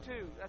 two